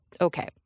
okay